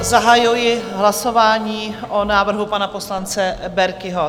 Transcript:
Zahajuji hlasování o návrhu pana poslance Berkiho.